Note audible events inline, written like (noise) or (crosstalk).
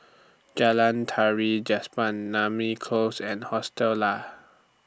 Jalan Tari (unintelligible) Namly Close and Hostel Lah